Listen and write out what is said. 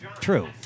true